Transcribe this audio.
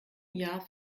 jahr